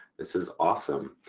this is awesome.